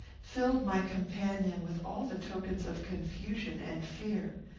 filled my companion with all the tokens of confusion and fear.